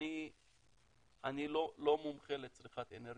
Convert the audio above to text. אני לא מומחה לצריכת אנרגיה,